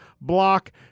Block